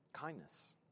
kindness